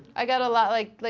i got a lot like, like